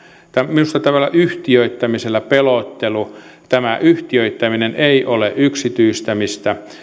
minusta tämä yhtiöittämisellä pelottelu on tarpeetonta tämä yhtiöittäminen ei ole yksityistämistä